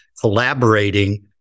collaborating